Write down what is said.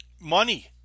money